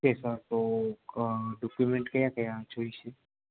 તેમાં તો ડોક્યુમેન્ટ કયા કયા જોઈશે